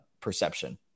perception